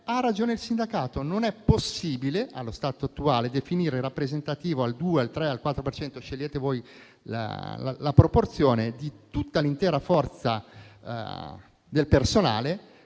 ha ragione il sindacato: non è possibile, allo stato attuale, definire rappresentativo al 2, al 3 o al 4 per cento - scegliete voi la proporzione di tutta l'intera forza del personale,